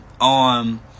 on